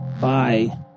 Bye